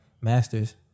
masters